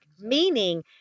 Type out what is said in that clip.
Meaning